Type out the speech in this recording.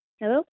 Hello